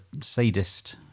sadist